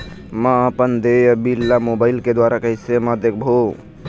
म अपन देय बिल ला मोबाइल के द्वारा कैसे म देखबो?